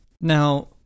Now